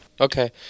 Okay